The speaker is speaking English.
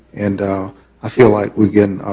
and i feel like we get